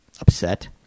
upset